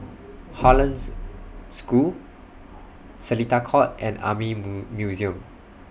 Hollandse School Seletar Court and Army Museum